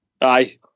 Aye